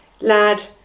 lad